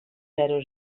zero